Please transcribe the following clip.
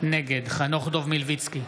נגד חנוך דב מלביצקי,